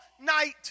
night